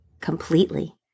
completely